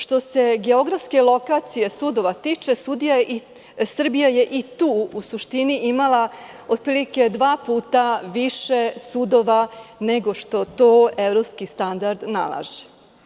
Što se geografske lokacije sudova tiče, Srbija je i tu u suštini imala otprilike dva puta više sudova nego što to evropski standard nalaže.